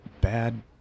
bad